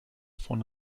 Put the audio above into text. von